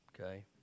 Okay